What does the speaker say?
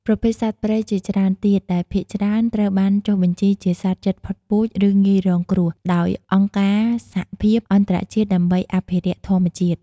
ប្រភេទសត្វព្រៃជាច្រើនទៀត ដែលភាគច្រើនត្រូវបានចុះបញ្ជីជាសត្វជិតផុតពូជ ឬងាយរងគ្រោះ ដោយអង្គការសហភាពអន្តរជាតិដើម្បីអភិរក្សធម្មជាតិ។